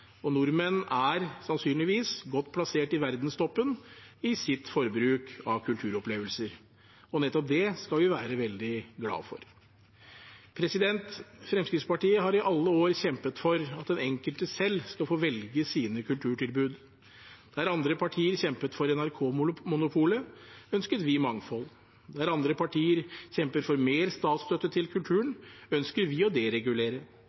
kilder. Nordmenn er sannsynligvis godt plassert i verdenstoppen i sitt forbruk av kulturopplevelser, og nettopp det skal vi være veldig glad for. Fremskrittspartiet har i alle år kjempet for at den enkelte selv skal få velge sine kulturtilbud. Der andre partier kjempet for NRK-monopolet, ønsket vi mangfold. Der andre partier kjemper for mer statsstøtte til kulturen, ønsker vi å deregulere.